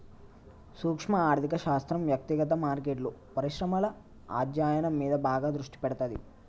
సూక్శ్మ ఆర్థిక శాస్త్రం వ్యక్తిగత మార్కెట్లు, పరిశ్రమల అధ్యయనం మీద బాగా దృష్టి పెడతాది